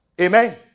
Amen